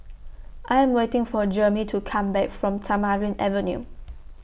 I Am waiting For Jermey to Come Back from Tamarind Avenue